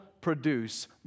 produce